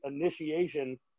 initiation